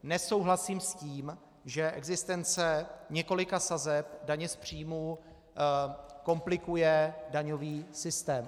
Nesouhlasím s tím, že existence několika sazeb daně z příjmu komplikuje daňový systém.